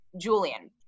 Julian